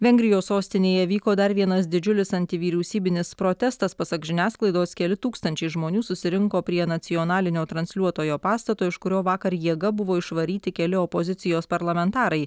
vengrijos sostinėje vyko dar vienas didžiulis antivyriausybinis protestas pasak žiniasklaidos keli tūkstančiai žmonių susirinko prie nacionalinio transliuotojo pastato iš kurio vakar jėga buvo išvaryti keli opozicijos parlamentarai